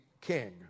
king